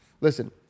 Listen